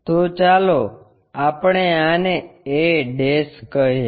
તો ચાલો આપણે આને a કહીએ